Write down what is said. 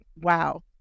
wow